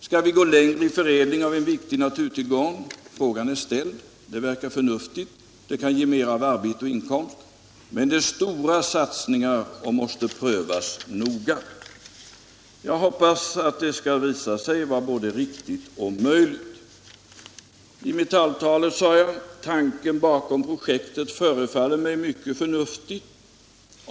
Skall vi gå längre i förädling av en viktig naturtillgång? Frågan är ställd. Det verkar förnuftigt. Det kan ge mer av arbete och inkomst. Men det är en stor satsning och måste prövas noga. Jag hoppas att det skall visa sig vara riktigt och möjligt.” I det andra talet sade jag: ”Tanken bakom projektet förefaller mig mycket förnuftig.